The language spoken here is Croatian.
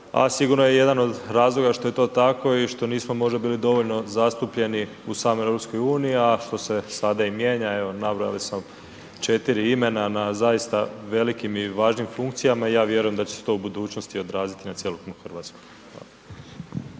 sigurno je jedan od razloga što je to tako i što nismo možda bili dovoljno zastupljeni u samoj EU, a što se sada i mijenja, evo nabrojali smo 4 imena na zaista velikim i važnim funkcijama i ja vjerujem da će se to u budućnosti odraziti i na cjelokupnu Hrvatsku.